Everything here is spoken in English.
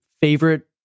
favorite